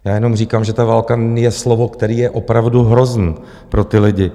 Já jenom říkám, že ta válka je slovo, které je opravdu hrozné pro ty lidi.